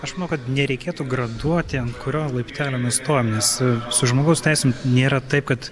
aš manau kad nereikėtų graduoti ant kurio laiptelio mes stovim nes su žmogaus teisėm nėra taip kad